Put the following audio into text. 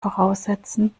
voraussetzen